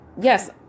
yes